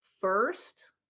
first